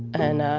and